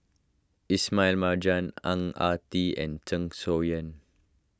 Ismail Marjan Ang Ah Tee and Zeng Shouyin